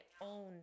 own